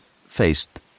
faced